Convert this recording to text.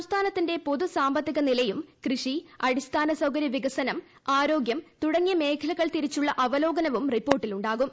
സംസ്ഥാനത്തിന്റെ പൊതു സാമ്പത്തികനിലയും കൃഷി അടിസ്ഥാന സൌകര്യവികസനം ആരോഗ്യം തുടങ്ങിയ മേഖലകൾ തിരിച്ചുളള അവലോകനവും റിപ്പോർട്ടിലുണ്ടാകും